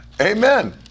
Amen